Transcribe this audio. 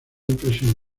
impresión